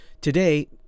Today